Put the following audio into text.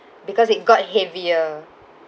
because it got heavier